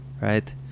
right